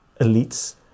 elites